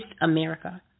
America